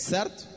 Certo